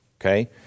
okay